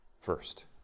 First